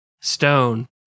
stone